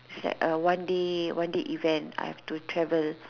is like one day one day event I have to travel